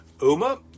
Uma